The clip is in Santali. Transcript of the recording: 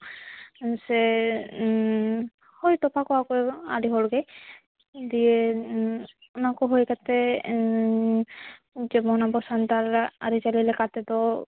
ᱥᱮ ᱦᱳᱭ ᱛᱚᱯᱟ ᱠᱚᱣᱟ ᱠᱚ ᱟᱹᱰᱤ ᱦᱚᱲ ᱜᱮ ᱫᱤᱭᱮ ᱚᱱᱟ ᱠᱚ ᱦᱩᱭ ᱠᱟᱛᱮᱫ ᱢᱩᱪᱟᱹᱫ ᱢᱟᱦᱟ ᱫᱚ ᱥᱟᱱᱛᱟᱲᱟᱜ ᱟᱹᱨᱤᱪᱟᱹᱞᱤ ᱞᱮᱠᱟᱛᱮᱫᱚ